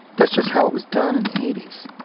that's just how it was done in the eighty s.